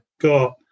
got